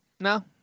No